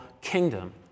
kingdom